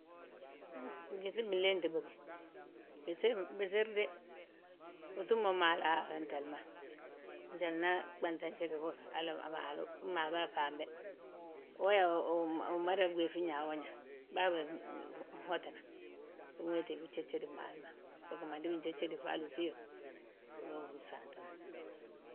Gyíŧi binléeti bógi, bisirde. Utúm mo maalu a wéntele ma, njalna gbente jili bógi, hali ma maalu, maalu ma a ɓambe. Wo yaa umada ɓéeŧi ñaawoñaa, bàbég nhotina, unwéti bijéjedi maalu ma, fo gimandi bijéjedi fo alúŧi yoo, unge húri bsaanti ma.